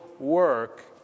work